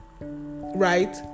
right